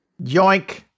yoink